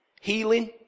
healing